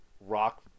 rock